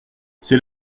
c’est